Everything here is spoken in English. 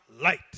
light